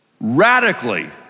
Radically